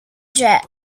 jet